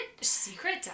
secret